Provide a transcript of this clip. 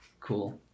Cool